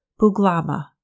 Buglama